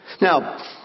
Now